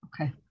Okay